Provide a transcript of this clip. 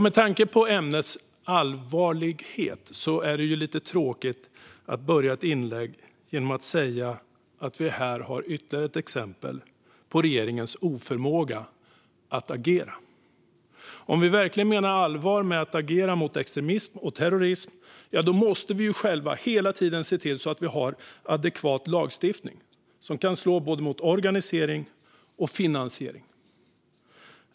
Med tanke på ämnets allvarlighet är det lite tråkigt att börja ett inlägg med att säga att vi här har ytterligare ett exempel på regeringens oförmåga att agera. Om vi verkligen menar allvar med att agera mot extremism och terrorism måste vi själva hela tiden se till att vi har adekvat lagstiftning som kan slå både mot organisering och mot finansiering.